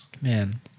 Man